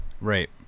right